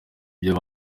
ibyo